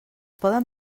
poden